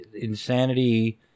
insanity